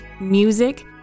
music